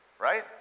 right